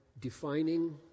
defining